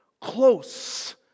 Close